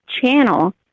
channel